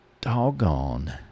doggone